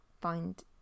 find